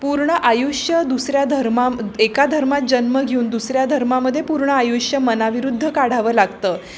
पूर्ण आयुष्य दुसऱ्या धर्माम एका धर्मात जन्म घेऊन दुसऱ्या धर्मामध्ये पूर्ण आयुष्य मनाविरुद्ध काढावं लागतं